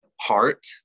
Heart